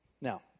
Now